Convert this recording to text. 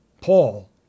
Paul